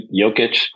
Jokic